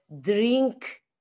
drink